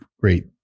great